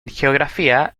geografía